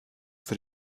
für